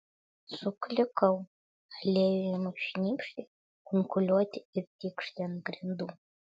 suklikau aliejui ėmus šnypšti kunkuliuoti ir tikšti ant grindų